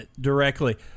directly